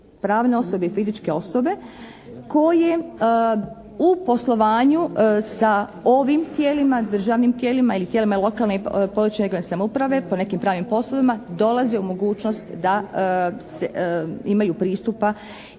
pravne osobe i fizičke osobe koje u poslovanju sa ovim tijelima, državnim tijelima ili tijelima lokalne i područne (regionalne) samouprave po nekim pravnim poslovima, dolaze u mogućnost da imaju pristupa